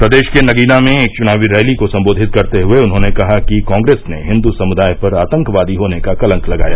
प्रदेश के नगीना में एक चुनावी रैली को संबोधित करते हुए उन्होंने कहा कि कांप्रेस ने हिन्दू समुदाय पर आतंकवादी होने का कलंक लगाया